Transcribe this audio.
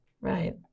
Right